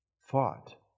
fought